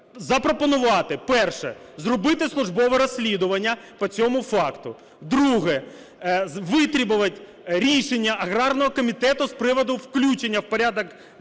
запропонувати. Перше. Зробити службове розслідування по цьому факту. Друге. Витребувати рішення аграрного комітету з приводу включення в порядок денний